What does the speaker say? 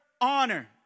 honor